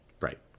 Right